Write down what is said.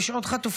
יש עוד חטופות,